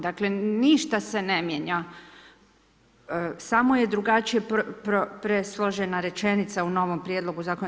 Dakle, ništa se ne mijenja samo je drugačije presložena rečenica u novom Prijedlog Zakona.